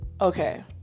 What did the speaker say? okay